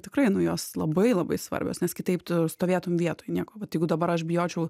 tikrai nu jos labai labai svarbios nes kitaip tu stovėtum vietoj nieko vat jeigu dabar aš bijočiau